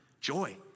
joy